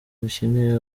dukeneye